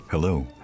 Hello